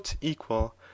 equal